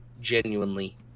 genuinely